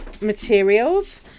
materials